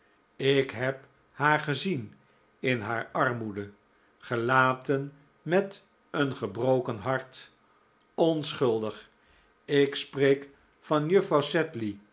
ik heb haar gezien in haar armoede gelaten met een gebroken hart onschuldig ik spreek van juffrouw